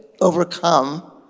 overcome